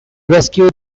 rescued